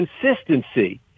consistency